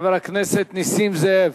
חבר הכנסת נסים זאב.